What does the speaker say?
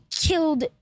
killed